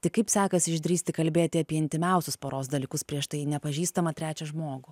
tai kaip sekasi išdrįsti kalbėti apie intymiausius poros dalykus prieš tai nepažįstamą trečią žmogų